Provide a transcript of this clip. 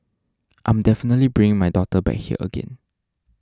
I'm definitely bringing my daughter back here again